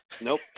Nope